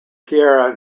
taira